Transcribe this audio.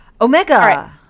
Omega